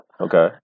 Okay